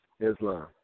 Islam